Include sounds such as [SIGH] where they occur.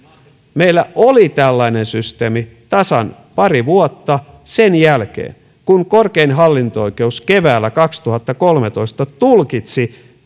meillä oli tällainen systeemi tasan pari vuotta sen jälkeen kun korkein hallinto oikeus keväällä kaksituhattakolmetoista tulkitsi [UNINTELLIGIBLE]